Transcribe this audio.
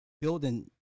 building